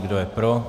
Kdo je pro?